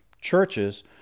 churches